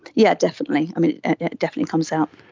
yeah definitely, it definitely comes out.